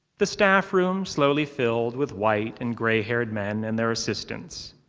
the staff room slowly filled with white and gray-haired men and their assistants.